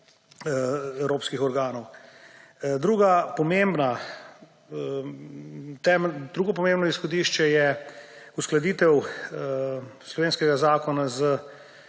evropskih organov. Drugo pomembno izhodišče je uskladitev slovenskega zakona